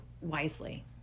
wisely